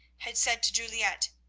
had said to juliette,